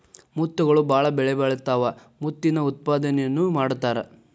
ಮುತ್ತುಗಳು ಬಾಳ ಬೆಲಿಬಾಳತಾವ ಮುತ್ತಿನ ಉತ್ಪಾದನೆನು ಮಾಡತಾರ